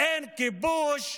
אין כיבוש,